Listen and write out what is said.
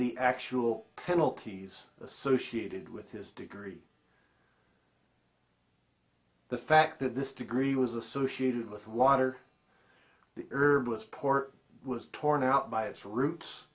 the actual penalties associated with his degree the fact that this degree was associated with water the herbalists port was torn out by its roots